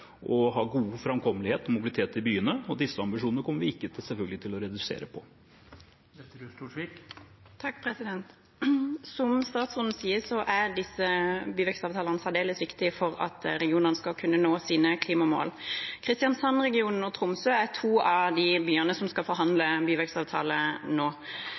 ha god framkommelighet og mobilitet i byene, og disse ambisjonene kommer vi selvfølgelig ikke til å redusere. Som statsråden sier er disse byvekstavtalene særdeles viktige for at regionene skal kunne nå sine klimamål. Kristiansand og Tromsø er to av de byene som skal forhandle byvekstavtale nå.